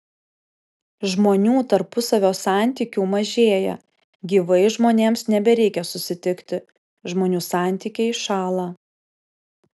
žmonių tarpusavio santykių mažėja gyvai žmonėms nebereikia susitikti žmonių santykiai šąla